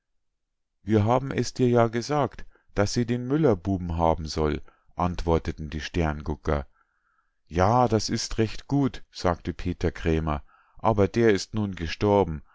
wir haben es dir ja gesagt daß sie den müllerbuben haben soll antworteten die sterngucker ja das ist recht gut sagte peter krämer aber der ist nun gestorben